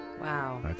Wow